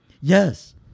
Yes